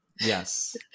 Yes